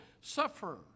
suffer